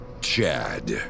Chad